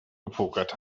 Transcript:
gepokert